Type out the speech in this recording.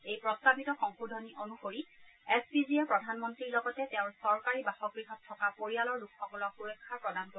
এই প্ৰস্তাৱিত সংশোধনী অনুসৰি এছ পি জিয়ে প্ৰধান মন্ত্ৰীৰ লগতে তেওঁৰ চৰকাৰী বাসগৃহত থকা পৰিয়ালৰ লোকসকলক সুৰক্ষা প্ৰদান কৰিব